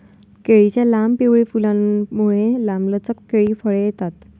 केळीच्या लांब, पिवळी फुलांमुळे, लांबलचक केळी फळे येतात